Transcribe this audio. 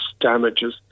damages